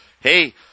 Hey